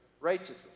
righteousness